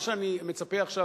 מה שאני מצפה עכשיו,